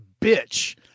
bitch